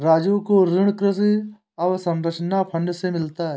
राजू को ऋण कृषि अवसंरचना फंड से मिला है